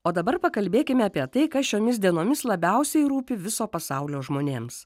o dabar pakalbėkime apie tai kas šiomis dienomis labiausiai rūpi viso pasaulio žmonėms